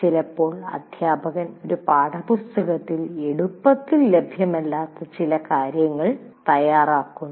ചിലപ്പോൾ അധ്യാപകൻ ഒരു പാഠപുസ്തകത്തിൽ എളുപ്പത്തിൽ ലഭ്യമല്ലാത്ത ചില കാര്യങ്ങൾ തയ്യാറാക്കുന്നു